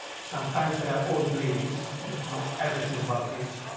sometimes they are old ladies that know everything about this.